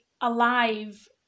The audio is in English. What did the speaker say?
alive